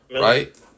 Right